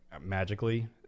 magically